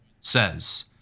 says